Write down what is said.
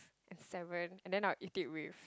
and salmon and then I will eat it with